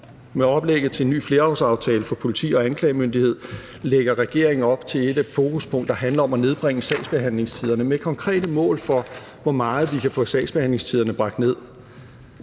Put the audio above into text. Med oplægget til en ny flerårsaftale for politi og anklagemyndighed lægger regeringen op til et fokuspunkt, der handler om at nedbringe sagsbehandlingstiderne, med konkrete mål for, hvor meget vi kan få sagsbehandlingstiderne bragt ned.